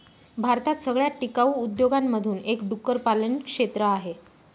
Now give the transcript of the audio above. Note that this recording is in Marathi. भारतात सगळ्यात टिकाऊ उद्योगांमधून एक डुक्कर पालन क्षेत्र आहे